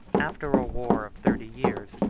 after a war of thirty years,